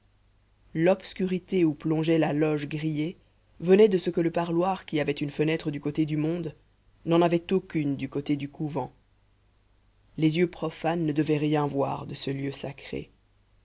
l'obscurité où plongeait la loge grillée venait de ce que le parloir qui avait une fenêtre du côté du monde n'en avait aucune du côté du couvent les yeux profanes ne devaient rien voir de ce lieu sacré